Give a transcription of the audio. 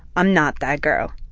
i'm not that girl.